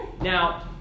Now